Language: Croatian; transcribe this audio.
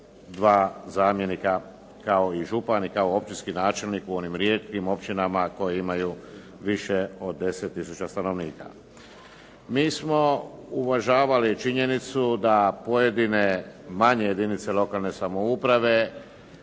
dva zamjenika kao i župan, kao i općinskih načelnik u onim rijetkim općinama koje imaju više od 10 tisuća stanovnika. Mi smo uvažavali činjenicu da pojedine manje jedinice lokalne samouprave